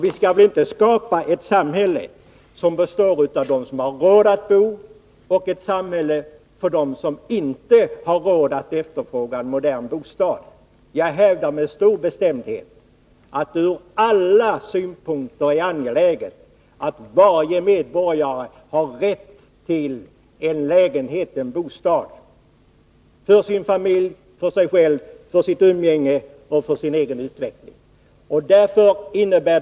Vi skall väl inte skapa ett samhälle som består av dem som har råd att bo och ett samhälle för dem som inte har råd att efterfråga en modern bostad. Jag hävdar med stor bestämdhet att det ur alla synpunkter är angeläget att varje medborgare har rätt till en lägenhet, en bostad för sin familj, för sig själv, för sitt umgänge och för sin egen utveckling.